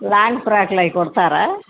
long ఫ్రాక్లు అవి కుడతారా